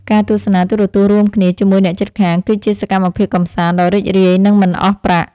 ការទស្សនាទូរទស្សន៍រួមគ្នាជាមួយអ្នកជិតខាង គឺជាសកម្មភាពកម្សាន្តដ៏រីករាយនិងមិនអស់ប្រាក់។